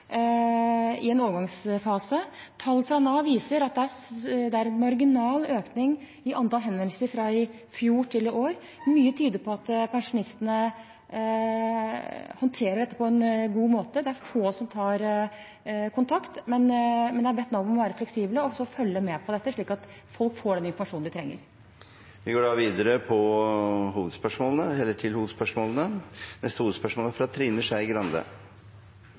i en overgangsfase. Tall fra Nav viser at det er en marginal økning i antall henvendelser fra i fjor til i år. Mye tyder på at pensjonistene håndterer dette på en god måte. Det er få som tar kontakt. Men jeg har bedt Nav om å være fleksible og følge med på dette, slik at folk får den informasjonen de trenger. Vi går videre til neste hovedspørsmål. Det er kvinnedagen, og da